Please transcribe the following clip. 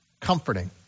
comforting